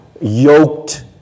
yoked